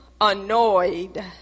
annoyed